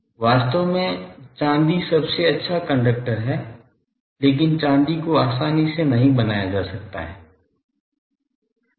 वास्तव में चांदी सबसे अच्छा कंडक्टर है लेकिन चांदी को आसानी से नहीं बनाया जा सकता है